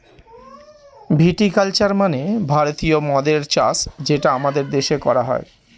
ভিটি culture মানে ভারতীয় মদ্যের চাষ যেটা আমাদের দেশে করা হয়